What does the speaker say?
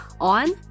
on